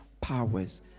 powers